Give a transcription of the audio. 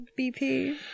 BP